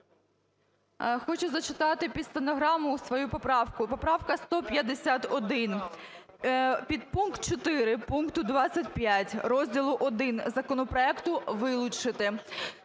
Хочу зачитати під стенограму свою поправку. Поправка 151. "Підпункт 4 пункту 25 розділу І законопроекту вилучити".